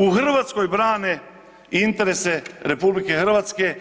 U Hrvatskoj brane interese RH